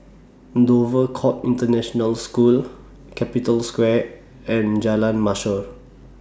Dover Court International School Capital Square and Jalan Mashor